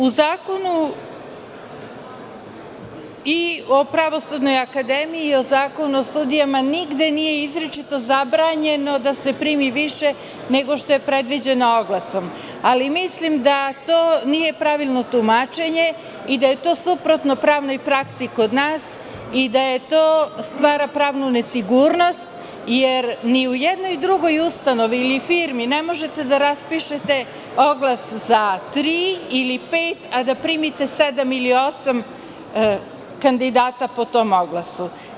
U Zakonu i o Pravosudnoj akademiji i u Zakonu o sudijama nigde nije izričito zabranjeno da se primi više, nego što je predviđeno oglasom, ali mislim da to nije pravilno tumačenje i da je to suprotno pravnoj praksi kod nas i da to stvara pravnu nesigurnost, jer ni u jednoj drugoj ustanovi ili firmi ne možete da raspišete oglas za tri ili pet, a da primite sedam ili osam kandidata po tom oglasu.